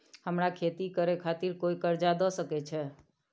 हमरा खेती करे खातिर कोय कर्जा द सकय छै?